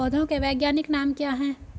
पौधों के वैज्ञानिक नाम क्या हैं?